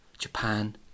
Japan